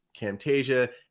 Camtasia